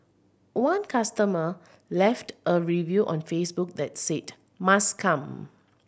one customer left a review on Facebook that said 'must come'